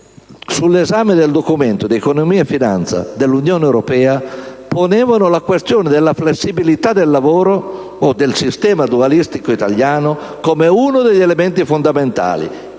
sull'esame del Documento di economia e finanza dell'Unione, che ponevano il problema della flessibilità del lavoro o del sistema dualistico italiano come uno degli elementi fondamentali.